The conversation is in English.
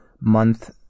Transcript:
month